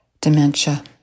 dementia